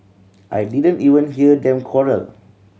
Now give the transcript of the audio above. I didn't even hear them quarrel